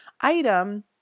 item